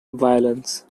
violence